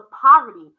poverty